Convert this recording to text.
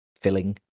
filling